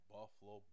Buffalo